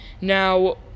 Now